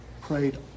prayed